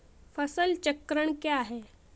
फसल चक्रण क्या है?